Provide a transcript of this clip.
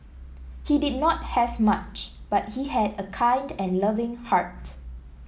he did not have much but he had a kind and loving heart